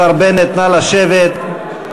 השר בנט, נא לשבת.